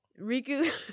Riku